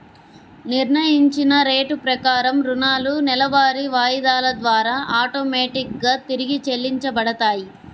నిర్ణయించిన రేటు ప్రకారం రుణాలు నెలవారీ వాయిదాల ద్వారా ఆటోమేటిక్ గా తిరిగి చెల్లించబడతాయి